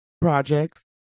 projects